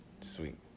Sweet